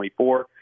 2024